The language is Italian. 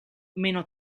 meno